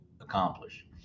accomplish